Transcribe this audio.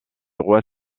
roi